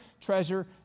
treasure